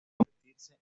convertirse